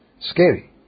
Scary